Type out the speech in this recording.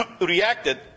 reacted